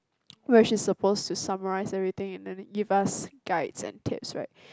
where she's supposed to summarize everything and then give up guides and tips right